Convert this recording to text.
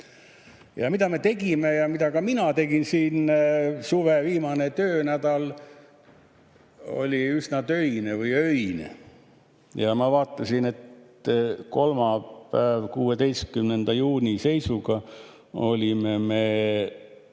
Mida me tegime ja mida ka mina tegin siin? Suve viimane töönädal oli üsna töine või öine. Ma vaatasin, et kolmapäeva, 16. juuni seisuga olime me